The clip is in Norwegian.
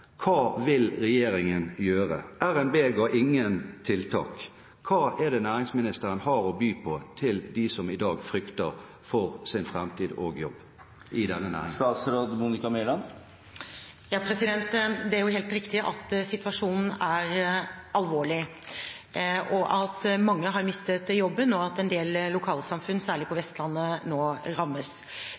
Hva vil regjeringen gjøre? RNB ga ingen tiltak. Hva er det næringsministeren har å by på til dem som i dag frykter for sin framtid og jobb i denne næringen? Det er helt riktig at situasjonen er alvorlig, og at mange har mistet jobben, og at en del lokalsamfunn, særlig på Vestlandet, nå rammes.